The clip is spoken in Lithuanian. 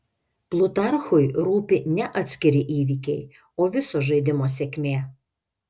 plutarchui rūpi ne atskiri įvykiai o viso žaidimo sėkmė